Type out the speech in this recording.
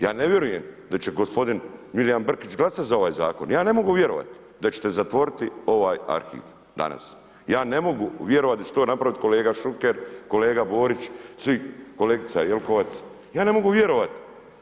Ja ne vjerujem da će gospodin Milijan Brkić glasat za ovaj zakon, ja ne mogu vjerovati da ćete zatvoriti ovaj arhiv danas, ja ne mogu vjerovati da će to napraviti kolega Šuker, kolega Borić svi, kolegica Jelkovac, ja ne mogu vjerovati.